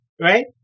right